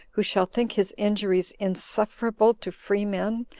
who shall think his injuries insufferable to free-men,